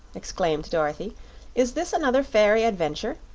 exclaimed dorothy is this another fairy adventure?